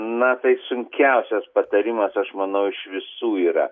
na tai sunkiausias patarimas aš manau iš visų yra